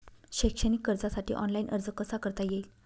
शैक्षणिक कर्जासाठी ऑनलाईन अर्ज कसा करता येईल?